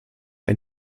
ein